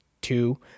two